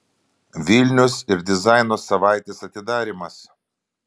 vilnius ir dizaino savaitės atidarymas